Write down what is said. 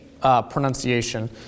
pronunciation